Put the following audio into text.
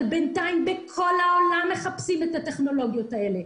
אבל בינתיים בכל העולם מחפשים את הטכנולוגיות האלה.